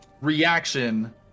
reaction